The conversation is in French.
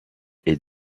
est